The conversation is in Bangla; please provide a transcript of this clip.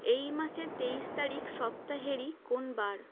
এই মাসের তেইশ তারিখ সপ্তাহের কোন বার